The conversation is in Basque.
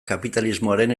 kapitalismoaren